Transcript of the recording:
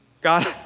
God